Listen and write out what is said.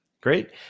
Great